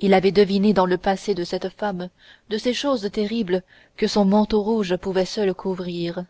il avait deviné dans le passé de cette femme de ces choses terribles que son manteau rouge pouvait seul couvrir